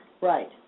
Right